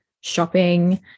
shopping